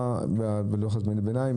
מה בלוח הזמנים ביניים,